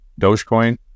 Dogecoin